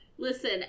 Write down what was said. Listen